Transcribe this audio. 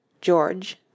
George